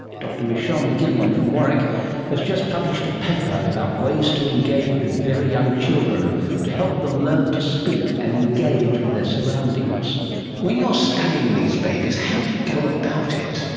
dr michelle mcgillion from warwick has just published a paper about ways to engage with very young children to help them learn to speak and engage with their surroundings when you're studying these babies, how do you go about it?